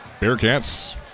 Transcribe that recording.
Bearcats